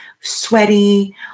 sweaty